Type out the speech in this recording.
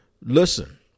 Listen